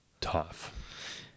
tough